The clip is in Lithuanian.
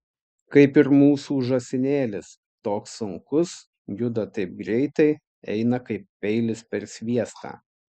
kaip ir mūsų žąsinėlis toks sunkus juda taip greitai eina kaip peilis per sviestą